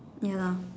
ya lah